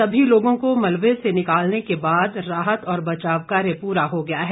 सभी लोगों को मलबे से निकालने के बाद राहत और बचाव कार्य पूरा हो गया है